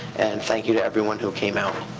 and thank you to everyone who came out.